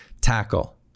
tackle